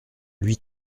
louis